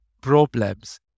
problems